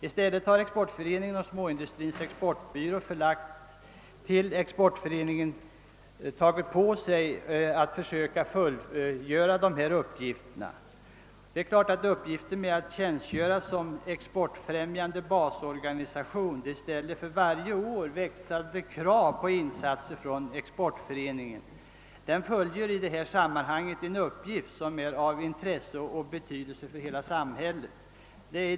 I stället har Exportföreningen och Småindustrins exportbyrå, förlagd till Exportföreningen, åtagit sig att försöka fullgöra dessa uppgifter. Arbetet med att tjänstgöra som exportfrämjande basorganisation ställer för varje år växande krav på insatser från Exportföreningen. Den fullgör i detta sammanhang en uppgift som är av intresse och betydelse för hela samhället.